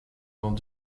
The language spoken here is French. dont